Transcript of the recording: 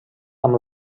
amb